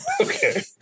Okay